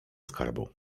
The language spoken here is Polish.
skarbu